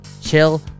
Chill